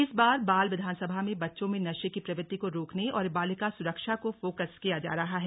इस बार बाल विधानसभा मे बच्चों में नशे की प्रवृत्ति को रोकने और बालिका सुरक्षा को फोकस किया जा रहा है